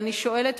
ואני שואלת,